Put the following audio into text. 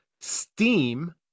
Steam